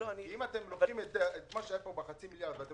אם אתם לוקחים את מה שהיה פה בחצי מיליארד ואתם